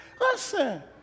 Listen